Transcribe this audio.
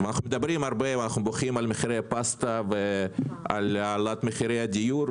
אנחנו מדברים הרבה ואנחנו בוכים על מחירי הפסטה ועל העלאת מחירי הדיור,